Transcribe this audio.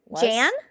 Jan